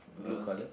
blue colour